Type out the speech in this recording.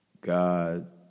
God